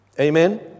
Amen